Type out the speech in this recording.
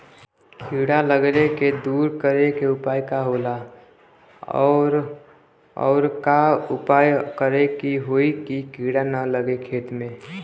कीड़ा लगले के दूर करे के उपाय का होला और और का उपाय करें कि होयी की कीड़ा न लगे खेत मे?